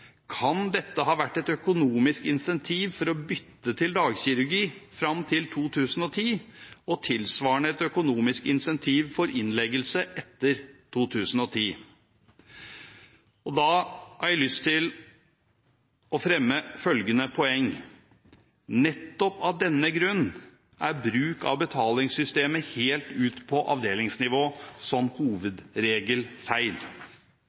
kan dette ha vært et økonomisk incentiv for å bytte til dagkirurgi fram til 2010 og tilsvarende et økonomisk incentiv for innleggelse etter 2010. Da har jeg lyst til å fremme følgende poeng: Nettopp av denne grunn er bruk av betalingssystem helt ut på avdelingsnivå som hovedregel feil.